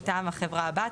מטעם החברה הבת,